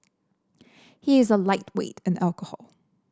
he is a lightweight in alcohol